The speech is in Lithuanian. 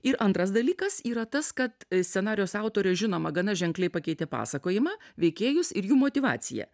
ir antras dalykas yra tas kad scenarijaus autorė žinoma gana ženkliai pakeitė pasakojimą veikėjus ir jų motyvaciją